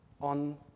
on